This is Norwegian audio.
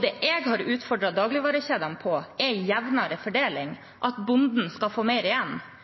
Det jeg har utfordret dagligvarekjedene på, er jevnere fordeling, at bonden skal få mer igjen.